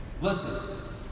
Listen